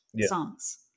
songs